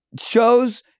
shows